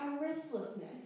restlessness